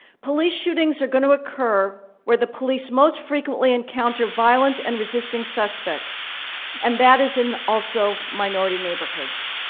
police shootings are going to occur where the police most frequently encounter violence and resisting suspects and that is in also minority neighborhoods.